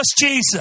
Jesus